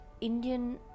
Indian